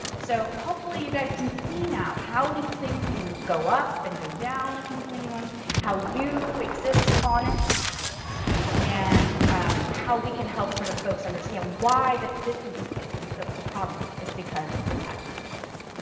so hopefully you guys can see now how these things can go up and go down the continuum how you exist on it and how we can help sort of folks understand why that this is the the problem is because it's impacting their functioning